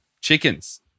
chickens